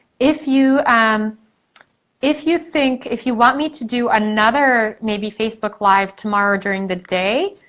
if you um if you think, if you want me to do another maybe facebook live tomorrow during the day,